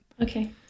Okay